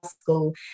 school